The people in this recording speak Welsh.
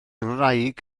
ngwraig